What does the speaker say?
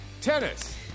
Tennis